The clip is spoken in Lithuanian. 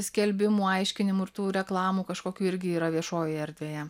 skelbimų aiškinimų ir tų reklamų kažkokių irgi yra viešojoje erdvėje